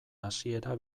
hasiera